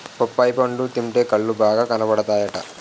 బొప్పాయి పండు తింటే కళ్ళు బాగా కనబడతాయట